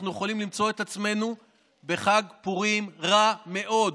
אנחנו יכולים למצוא את עצמנו בחג פורים רע מאוד,